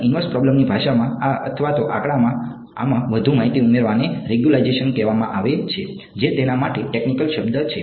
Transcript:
અને ઇન્વર્સ પ્રોબ્લેમની ભાષામાં આ અથવા તો આંકડાઓમાં આમાં વધુ માહિતી ઉમેરવાને રેગ્યુલરાઈઝેશન કહેવામાં આવે છે જે તેના માટે ટેકનિકલ શબ્દ છે